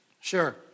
Sure